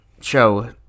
show